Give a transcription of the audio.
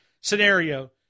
scenario